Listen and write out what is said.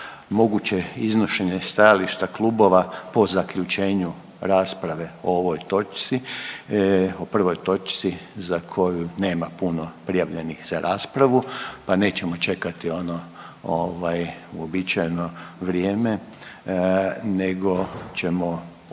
moguće iznošenje stajališta klubova po zaključenju rasprave o ovoj točci, o prvoj točci za koju nema puno prijavljenih za raspravu, pa nećemo čekati ono ovaj uobičajeno vrijeme nego ćemo odmah